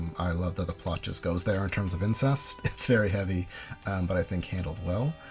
i love that the plot just goes there, in terms of incest. it's very heavy but i think handled well.